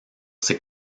ses